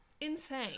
insane